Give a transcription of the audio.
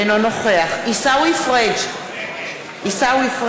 אינו נוכח עיסאווי פריג' נגד